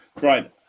Right